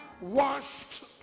washed